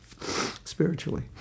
spiritually